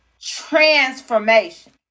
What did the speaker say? transformation